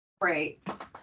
Right